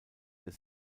des